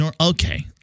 Okay